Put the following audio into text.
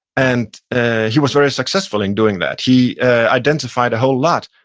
and ah he was very successful in doing that he identified a whole lot.